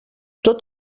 tot